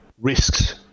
risks